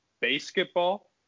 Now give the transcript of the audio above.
basketball